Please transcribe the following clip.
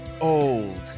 old